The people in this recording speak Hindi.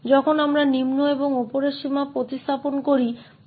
जब हम निचली और ऊपरी सीमा को प्रतिस्थापित करते हैं